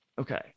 Okay